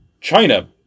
China